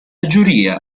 giuria